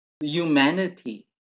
humanity